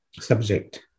subject